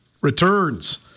returns